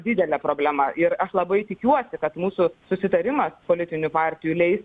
didelė problema ir aš labai tikiuosi kad mūsų susitarimas politinių partijų leis